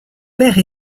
père